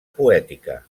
poètica